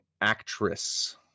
actress